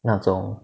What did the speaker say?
那种